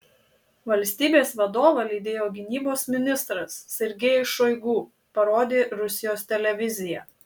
valstybės vadovą lydėjo gynybos ministras sergejus šoigu parodė rusijos televizija